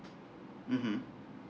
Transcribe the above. mmhmm